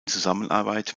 zusammenarbeit